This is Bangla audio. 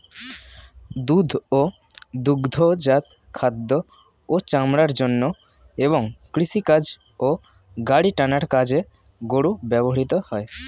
দুধ ও দুগ্ধজাত খাদ্য ও চামড়ার জন্য এবং কৃষিকাজ ও গাড়ি টানার কাজে গরু ব্যবহৃত হয়